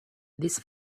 this